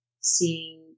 Seeing